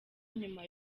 nyuma